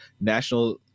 national